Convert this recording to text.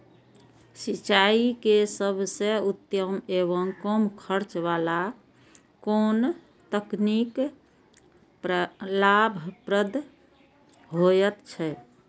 सिंचाई के सबसे उत्तम एवं कम खर्च वाला कोन तकनीक लाभप्रद होयत छै?